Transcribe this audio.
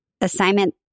assignment